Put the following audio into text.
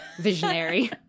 visionary